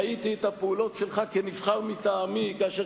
ראיתי את הפעולות שלך כנבחר מטעמי כאשר